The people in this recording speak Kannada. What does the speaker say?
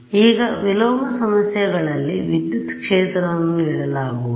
ಈಗ ವಿಲೋಮ ಸಮಸ್ಯೆಗಳಲ್ಲಿ ವಿದ್ಯುತ್ ಕ್ಷೇತ್ರವನ್ನು ನೀಡಲಾಗುವುದು